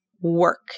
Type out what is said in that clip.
work